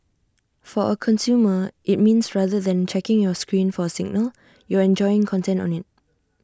for A consumer IT means rather than checking your screen for A signal you're enjoying content on IT